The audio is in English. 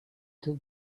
took